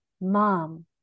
mom